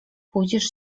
pójdziesz